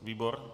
Výbor?